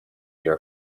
your